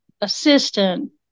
assistant